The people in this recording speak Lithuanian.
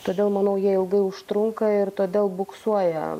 todėl manau jie ilgai užtrunka ir todėl buksuoja